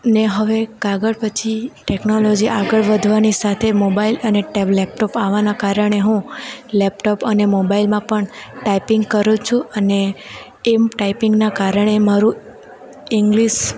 ને હવે કાગળ પછી ટેકનોલોજી આગળ વધવાની સાથે મોબાઈલ અને ટેબ લેપટોપ આવવાના કારણે હું લેપટોપ અને મોબાઈલમાં પણ ટાઈપિંગ કરું છુ અને એમ ટાઈપિંગના કારણે મારુ ઇંગ્લિશ